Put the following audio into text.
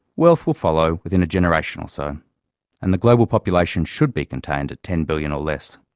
wealth will follow within a generation or so and the global population should be contained at ten billion or less.